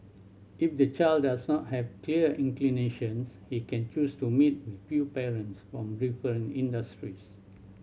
if the child does not have clear inclinations he can choose to meet with few parents from different industries